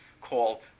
called